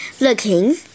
looking